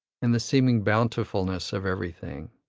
and the seeming bountifulness of everything.